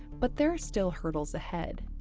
but there are still hurdles ahead.